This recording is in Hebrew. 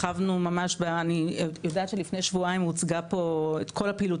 אני יודעת שלפני שבועיים הוצגה כל הפעילות